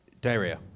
diarrhea